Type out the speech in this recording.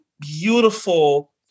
beautiful